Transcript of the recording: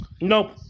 Nope